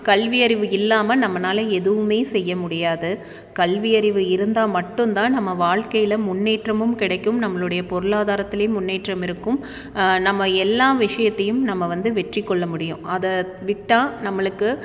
கல்வி அறிவு இல்லாமல் நம்மளால எதுவுமே செய்ய முடியாது கல்வி அறிவு இருந்தால் மட்டும்தான் நம்ம வாழ்க்கையில் முன்னேற்றமும் கிடைக்கும் நம்மளுடைய பொருளாதாரத்துலேயும் முன்னேற்றம் இருக்கும் நம்ம எல்லா விஷயத்தையும் நம்ம வந்து வெற்றி கொள்ள முடியும் அதை விட்டால் நம்மளுக்கு